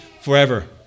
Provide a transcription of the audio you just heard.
forever